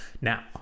Now